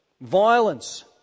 violence